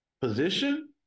position